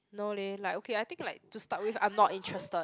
no leh like okay I think like to start with I am not interested